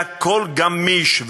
שהכול גמיש,